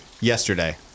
Yesterday